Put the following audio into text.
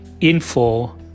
info